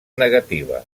negativa